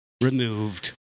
removed